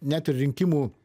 net ir rinkimų